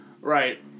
Right